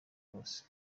kose